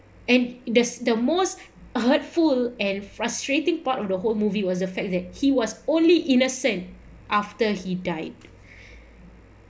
and that's the most hurtful and frustrating part of the whole movie was the fact that he was only innocent after he died